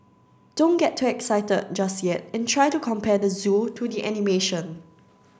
don't get too excited just yet and try to compare the zoo to the animation